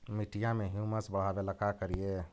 मिट्टियां में ह्यूमस बढ़ाबेला का करिए?